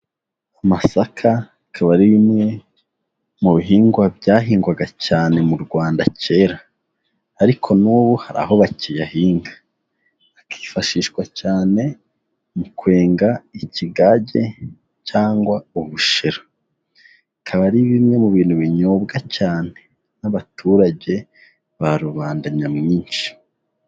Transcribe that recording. Amasaka bikaba ari bimwe mu bihingwa byahingwaga cyane mu Rwanda kera ariko n'ubu hari aho bakiyahinka, akifashishwa cyane mu kwenga ikigage cyangwa ubushera, bikaba ari bimwe mu bintu binyobwa cyane n'abaturage ba rubanda nyamwinshi.